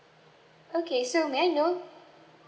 okay so may I know